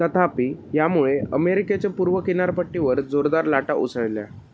तथापी यामुळे अमेरिकेच्या पूर्व किनारपट्टीवर जोरदार लाटा उसळल्या